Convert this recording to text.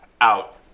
out